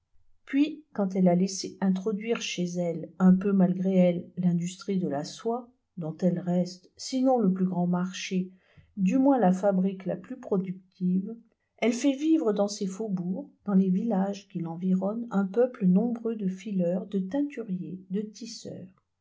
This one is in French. puis quand elle a laissé introduire chez elle un peu malgré elle l'industrie de la soie dont elle reste sinon le plus grand marché du moins la fabrique la plus productive elle fait vivre dans ses faubourgs dans les villages qui l'environnent un peuple nombreux de fileurs de teinturiers de tisseurs